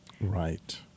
Right